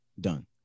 done